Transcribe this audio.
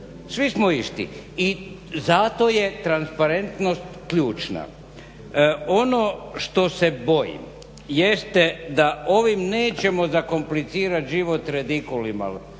svi smo isti i zato je transparentnost ključna. Ono što se bojim jeste da ovim nećemo zakomplicirat život redikulima